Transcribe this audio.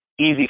easy